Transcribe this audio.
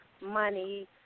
money